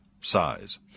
size